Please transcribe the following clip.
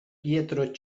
pietro